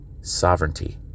sovereignty